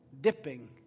dipping